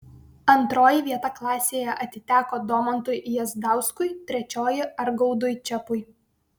antroji vieta klasėje atiteko domantui jazdauskui trečioji argaudui čepui